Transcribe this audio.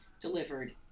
delivered